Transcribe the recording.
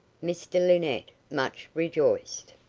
mr linnett much rejoiced.